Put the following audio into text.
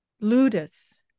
ludus